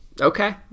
Okay